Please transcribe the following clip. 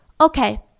okay